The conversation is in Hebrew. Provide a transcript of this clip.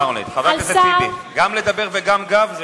חבר הכנסת טיבי, גם לדבר וגם גב?